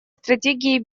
стратегией